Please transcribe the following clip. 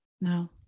No